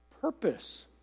purpose